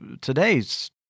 today's